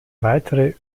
weitere